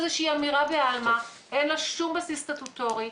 זו אמירה בעלמא, אין לה שום בסיס סטטוטורי.